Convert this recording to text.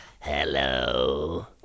hello